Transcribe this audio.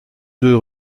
deux